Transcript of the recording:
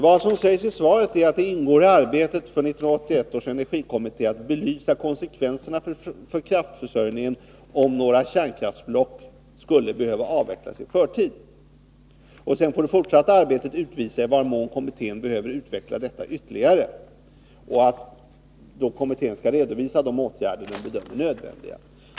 Vad som sägs i svaret är att det ingår i arbetet för 1981 års energikommitté att belysa konsekvenserna för kraftförsörjningen om några kärnkraftsblock skulle behöva avvecklas i förtid, och att det fortsatta arbetet sedan får utvisa i vad mån kommittén behöver utveckla detta ytterligare samt dessutom att kommittén skall redovisa de åtgärder den bedömer nödvändiga.